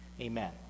Amen